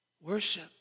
Worship